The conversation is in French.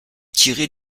tirée